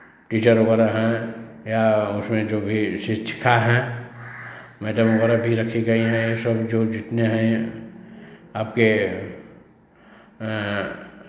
teacher वगैरह हैं या उसमें जो भी शिक्षिका हैं मैडम वगैरह भी रखी गई हैं ये सब जो जितने हैं आपके